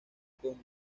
con